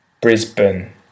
Brisbane